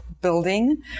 building